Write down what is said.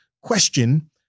question